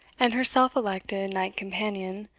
and her self-elected knight companion,